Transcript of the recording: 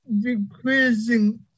decreasing